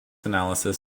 analysis